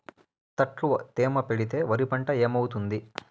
తక్కువ తేమ పెడితే వరి పంట ఏమవుతుంది